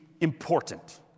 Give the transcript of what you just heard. important